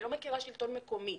היא לא מכירה שלטון מקומי.